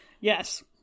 Yes